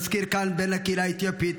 נזכיר כאן: בן הקהילה האתיופית,